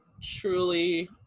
truly